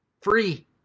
Free